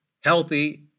healthy